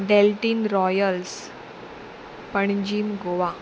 Deltin Royals Panjim Goa